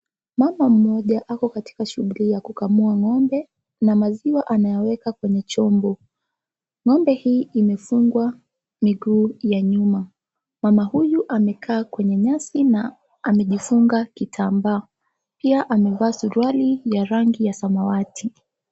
Mama mmoja ako katika shughuli ya kukamua ng'ombe na maziwa anayaweka kwenye chombo. Ng'ombe hii imefungwa miguu ya nyuma. Mama huyu amekaa kwenye nyasi na amejifunga kitambaa. Pia amevaa suruali ya rangi ya samawati.